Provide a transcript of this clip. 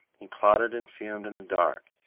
he plotted and fumed in the dark.